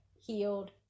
healed